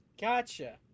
Gotcha